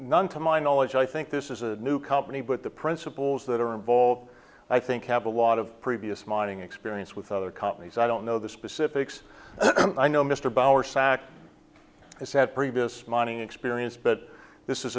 none to my knowledge i think this is a new company but the principles that are involved i think have a lot of previous mining experience with other companies i don't know the specifics i know mr bower sacked as had previous mining experience but this is